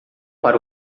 para